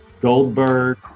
Goldberg